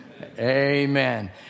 Amen